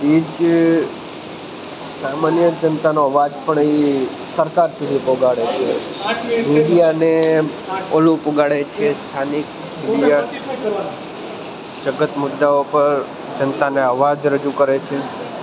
એ જ સામાન્ય જનતાનો અવાજ પણ એ સરકાર સુધી પહોંચાડે છે મીડિયાને ઓલું પહોંચાડે છે સ્થાનિક મીડિયા જ મુદ્દાઓ પર જનતાને અવાજ રજૂ કરે છે